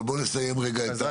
אבל קודם נסיים את